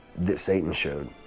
that satan showed.